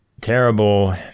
terrible